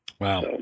wow